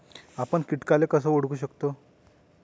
आपन कीटकाले कस ओळखू शकतो?